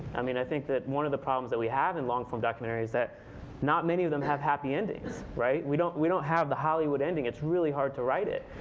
i mean, i think that one of the problems that we have in long form documentaries is that not many of them have happy endings, right? we don't we don't have the hollywood ending. it's really hard to write it.